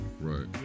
Right